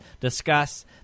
discuss